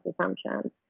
assumptions